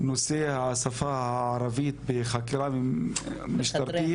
נושא השפה הערבית בחקירה משטרתית,